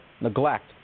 neglect